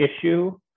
issue